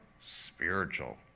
spiritual